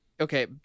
okay